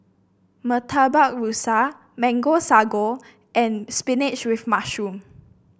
Murtabak Rusa Mango Sago and spinach with mushroom